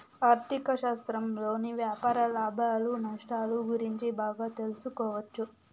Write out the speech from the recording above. ఆర్ధిక శాస్త్రంలోని వ్యాపార లాభాలు నష్టాలు గురించి బాగా తెలుసుకోవచ్చు